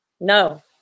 no